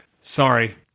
Sorry